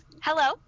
Hello